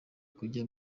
kujya